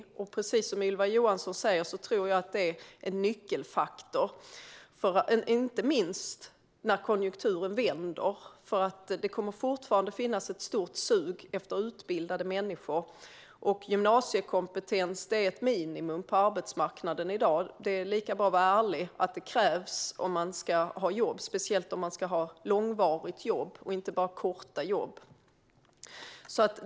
Jag tror precis som Ylva Johansson att det är en nyckelfaktor, inte minst när konjunkturen vänder, för det kommer att fortsätta finnas ett stort sug efter utbildade människor. Gymnasiekompetens är ett minimikrav på arbetsmarknaden i dag. Det är lika bra att vara ärlig med att det krävs om man ska ha jobb, speciellt långvarigt och inte bara korta jobb.